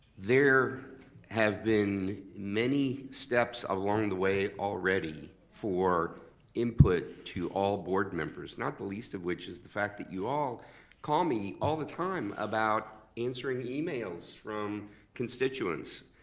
there have been many steps along the way already for input to all board members. not the least of which is the fact that you all call me all the time about answering emails from constituents.